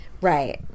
Right